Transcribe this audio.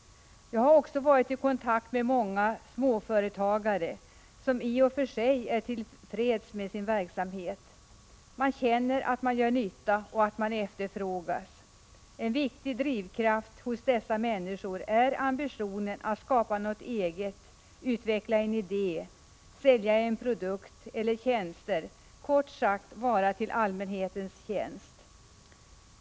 Jag har också varit i kontakt med många småföretagare, som i och för sig är till freds med sin verksamhet. Man känner att man gör nytta och att man efterfrågas. En viktig drivkraft hos dessa människor är ambitionen att skapa något eget, utveckla en idé, sälja en produkt eller tjänster — kort sagt att vara till allmänhetens tjänst.